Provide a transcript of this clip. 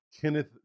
Kenneth